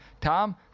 Tom